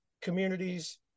communities